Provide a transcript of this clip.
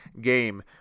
game